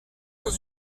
dans